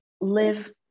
live